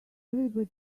everybody